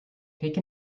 take